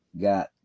got